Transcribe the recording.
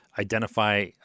identify